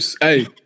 hey